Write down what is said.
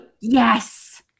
Yes